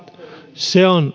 se on